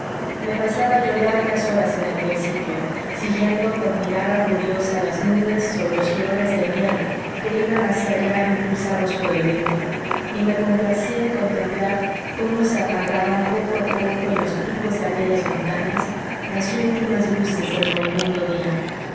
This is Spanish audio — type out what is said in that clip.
me pasaba yo largas horas en aquel sitio siguiendo con mirada curiosa las nubes o los jirones de niebla que iban hacia allá impulsados por el viento y me complacía en contemplar cómo se apagaban poco a poco en los picos de aquellas montañas las últimas luces del moribundo día